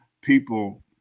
people